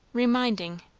reminding,